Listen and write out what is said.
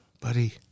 buddy